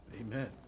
Amen